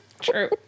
True